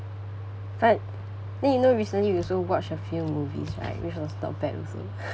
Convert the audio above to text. but then you know recently we also watched a few movies right which was not bad also